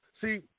See